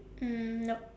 mm nope